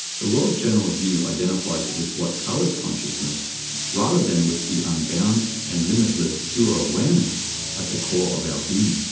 the world's general view identifies with what colors consciousness rather than with the unbound and limitless pure awareness at the core of our being.